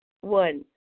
One